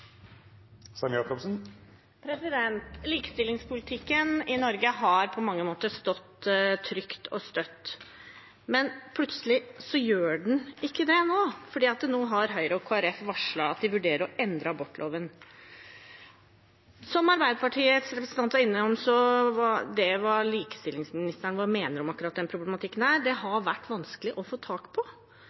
svekkes. Likestillingspolitikken i Norge har på mange måter stått trygt og støtt, men plutselig gjør den ikke det, for nå har Høyre og Kristelig Folkeparti varslet at de vurderer å endre abortloven. Som Arbeiderpartiets representant var inne på, har det vært vanskelig å få tak på